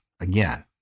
again